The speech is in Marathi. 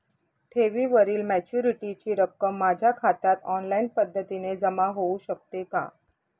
ठेवीवरील मॅच्युरिटीची रक्कम माझ्या खात्यात ऑनलाईन पद्धतीने जमा होऊ शकते का?